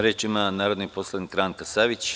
Reč ima narodni poslanik Ranka Savić.